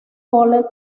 college